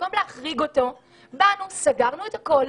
סגרנו הכול,